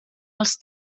els